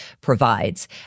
provides